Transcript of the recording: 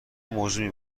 موجود